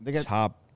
top